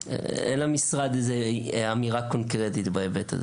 למשרד אין איזו החלטה קונקרטית בהיבט הזה.